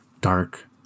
dark